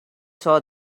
saw